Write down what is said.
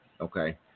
Okay